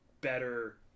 better